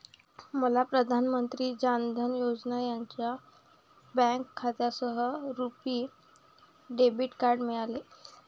मला प्रधान मंत्री जान धन योजना यांच्या बँक खात्यासह रुपी डेबिट कार्ड मिळाले